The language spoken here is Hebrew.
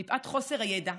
מפאת חוסר הידע,